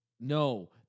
No